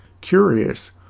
Curious